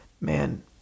man